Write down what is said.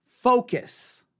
focus